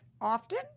often